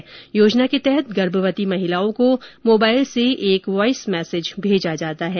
किलकारी योजना के तहत गर्भवती महिलाओं को मोबाइल से एक वॉयस मैसेज भेजा जाता है